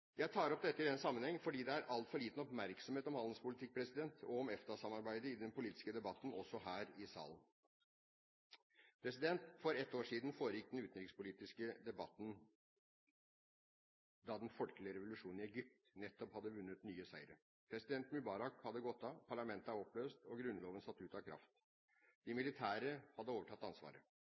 Jeg tar det opp i denne sammenheng fordi det er altfor liten oppmerksomhet om handelspolitikk og om EFTA-samarbeidet i den politiske debatten, også her i salen. For ett år siden foregikk den utenrikspolitiske debatten da den folkelige revolusjonen i Egypt nettopp hadde vunnet nye seire. President Mubarak hadde gått av, parlamentet var oppløst, og grunnloven var satt ut av kraft. De militære hadde overtatt ansvaret.